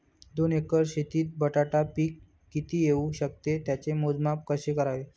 दोन एकर शेतीत बटाटा पीक किती येवू शकते? त्याचे मोजमाप कसे करावे?